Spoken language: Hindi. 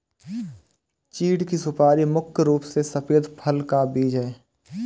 चीढ़ की सुपारी मुख्य रूप से सफेद फल का बीज है